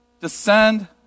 descend